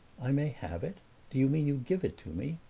i may have it do you mean you give it to me?